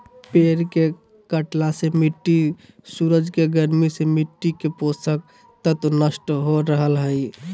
पेड़ के कटला से मिट्टी सूरज के गर्मी से मिट्टी के पोषक तत्व नष्ट हो रहल हई